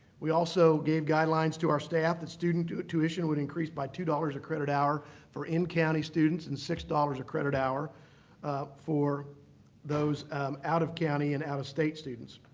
we also gave guidelines to our staff that student tuition would increase by two dollars a credit hour for in-county students and six dollars a credit hour for those out-of-county and out-of-state students.